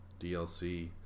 DLC